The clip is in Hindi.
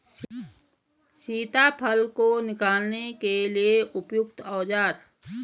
सीताफल को निकालने के लिए उपयुक्त औज़ार?